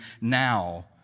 now